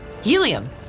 helium